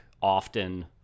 often